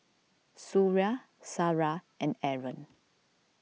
Suria Sarah and Aaron